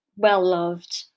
well-loved